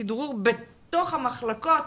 כדרור בתוך המחלקות,